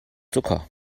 zucker